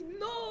No